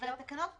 אבל התקנות פקעו,